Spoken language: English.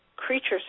Creatures